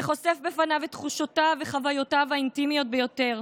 וחושף בפניו את תחושותיו וחוויותיו האינטימיות ביותר.